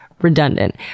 redundant